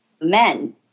men